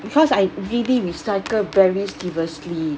because I really recycle very seriously